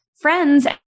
Friends